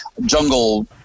jungle